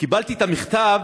קיבלתי את המכתב